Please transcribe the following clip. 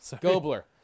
Gobler